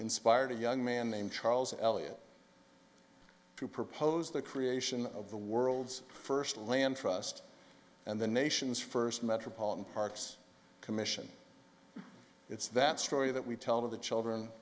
inspired a young man named charles elliot to propose the creation of the world's first land trust and the nation's first metropolitan parks commission it's that story that we tell of the children